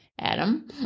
Adam